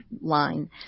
line